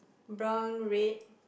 brown red